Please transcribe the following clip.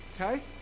Okay